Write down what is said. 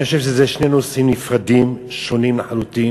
אני חושב שאלה שני נושאים נפרדים, שונים לחלוטין,